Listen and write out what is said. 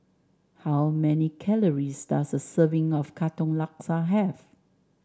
how many calories does a serving of Katong Laksa have